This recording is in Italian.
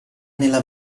nella